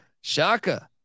shaka